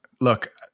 Look